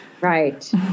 right